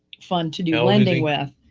fund to do lending with,